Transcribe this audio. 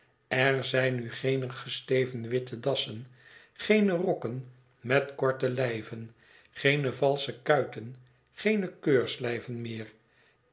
er zijn nu geene gesteven witte dassen geene rokken met korte lijven geene valsche kuiten geene keurslijven meer